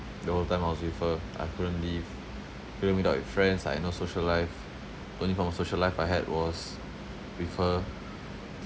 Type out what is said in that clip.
the whole time I was with her I couldn't leave couldn't meet up with friends I had no social life the only form of social life I had was with her